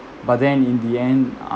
but then in the end uh